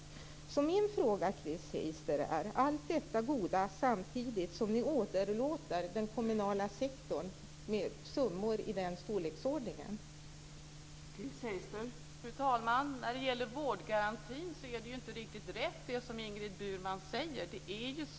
Min fråga gäller alltså, Chris Heister, hur ni ska finansiera allt detta goda samtidigt som ni åderlåter den kommunala sektorn på summor i den storleksordning som jag nämnde.